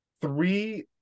three